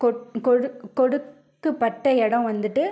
கொட் கொடுக் கொடுக்குப் பட்ட இடம் வந்துட்டு